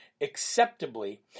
acceptably